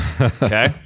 Okay